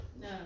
No